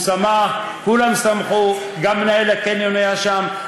הוא שמח, כולם שמחו, גם מנהל הקניון היה שם.